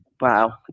Wow